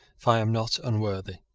if i am not unworthy.